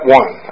one